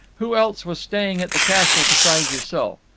who else was staying at the castle besides yourself?